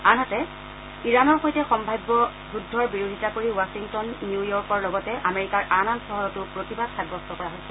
আনহাতে ইৰাণৰ সৈতে সম্ভাব্য যুদ্ধৰ বিৰোধিতা কৰি ৱাশ্বিংটন ইউয়ৰ্কৰ লগতে আমেৰিকাৰ আন আন চহৰতো প্ৰতিবাদ সাব্যস্ত কৰা হৈছে